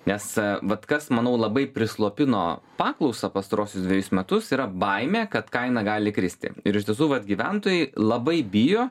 nes vat kas manau labai prislopino paklausą pastaruosius dvejus metus yra baimė kad kaina gali kristi ir iš tiesų vat gyventojai labai bijo